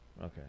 Okay